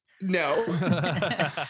no